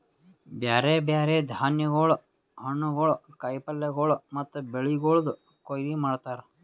ಬ್ಯಾರೆ ಬ್ಯಾರೆ ಧಾನ್ಯಗೊಳ್, ಹಣ್ಣುಗೊಳ್, ಕಾಯಿ ಪಲ್ಯಗೊಳ್ ಮತ್ತ ಬೆಳಿಗೊಳ್ದು ಕೊಯ್ಲಿ ಮಾಡ್ತಾರ್